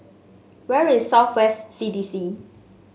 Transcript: where is South West C D C